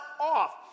off